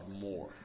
more